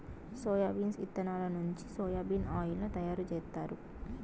soybeans ఇత్తనాల నుంచి soya bean oil ను తయారు జేత్తారు